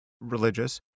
religious